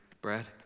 Brad